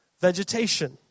vegetation